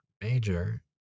major